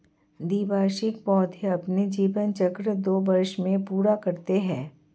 द्विवार्षिक पौधे अपना जीवन चक्र दो वर्ष में पूरा करते है